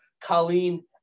Colleen